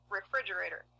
refrigerator